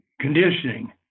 conditioning